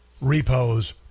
repos